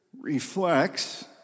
reflects